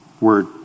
word